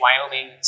Wyoming